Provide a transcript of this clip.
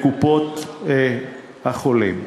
לקופות-החולים.